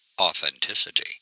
authenticity